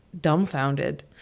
dumbfounded